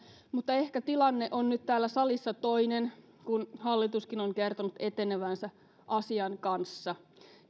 mutta ehkä tilanne on nyt täällä salissa toinen kun hallituskin on kertonut etenevänsä asian kanssa